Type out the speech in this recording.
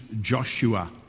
Joshua